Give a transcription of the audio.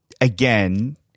again